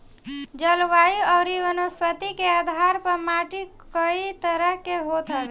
जलवायु अउरी वनस्पति के आधार पअ माटी कई तरह के होत हवे